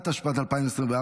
התשפ"ד 2024,